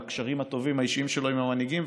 והקשרים האישיים הטובים שלו עם המנהיגים,